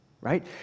right